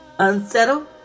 Unsettled